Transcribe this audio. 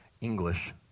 English